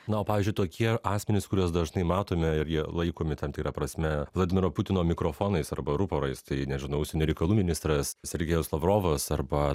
na o pavyzdžiui tokie asmenys kuriuos dažnai matome ir jie laikomi tam tikra prasme vladimiro putino mikrofonais arba ruporais tai nežinau užsienio reikalų ministras sergejus lavrovas arba